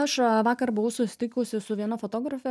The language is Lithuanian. aš vakar buvau susitikusi su viena fotografe